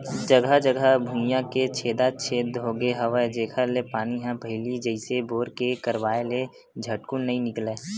जघा जघा भुइयां के छेदा छेद होगे हवय जेखर ले पानी ह पहिली जइसे बोर के करवाय ले झटकुन नइ निकलय